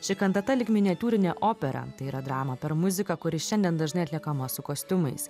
ši kantata lyg miniatiūrinė opera tai yra drama per muziką kuri šiandien dažnai atliekama su kostiumais